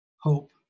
hope